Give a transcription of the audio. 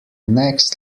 next